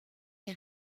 les